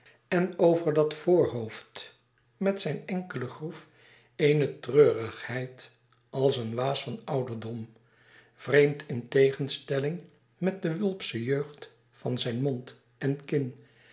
en over dat voorhoofd met zijn enkele groef eene treurigheid als een waas van ouderdom vreemd in tegenstelling met de wulpsche jeugd van zijn mond en kin